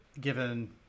given